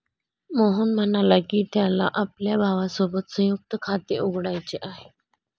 मोहन म्हणाला की, त्याला आपल्या भावासोबत संयुक्त खाते उघडायचे आहे